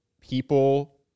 People